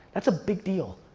that's a big deal.